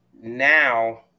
now